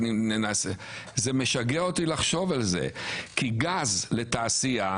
זה משגע אותי לחשוב על זה כי גז לתעשייה,